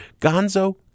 gonzo